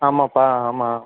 ஆமாம்ப்பா ஆமாம்